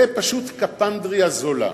זה פשוט קפנדריה זולה.